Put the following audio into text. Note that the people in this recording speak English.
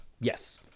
Yes